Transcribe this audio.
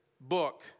book